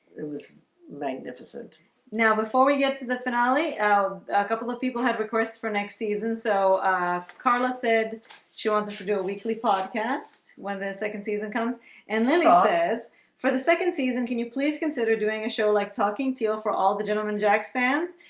it was magnificent now before we get to the finale. i'll a couple of people have requests for next season. so carla said she wants us to do a weekly podcast when the second season comes and then it says for the second season can you please consider doing a show like talking teal for all the gentleman jack's fans?